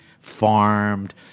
farmed